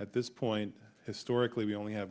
at this point historically we only have